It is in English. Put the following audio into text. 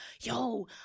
yo